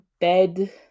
bed